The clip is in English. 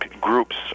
groups